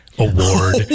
award